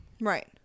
right